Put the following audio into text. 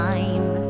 Time